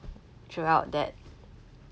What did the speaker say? throughout that